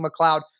McLeod